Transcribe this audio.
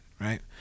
Right